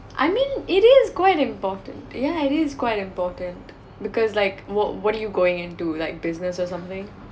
I mean it is quite important ya it is quite important because like what what are you going into like business or something